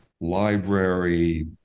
library